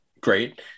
great